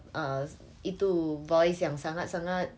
uh itu voice yang sangat sangat